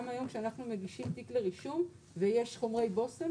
גם היום כשאנחנו מגישים תיק לרישום ויש חומרי בושם,